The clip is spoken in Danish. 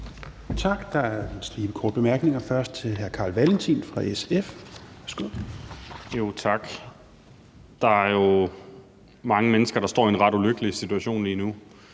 Tak. Der er en stime korte bemærkninger, først fra hr. Carl Valentin, SF. Værsgo. Kl. 10:18 Carl Valentin (SF): Tak. Der er jo mange mennesker, der står i en ret ulykkelig situation lige nu,